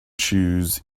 choose